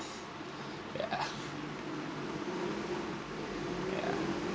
yeah ya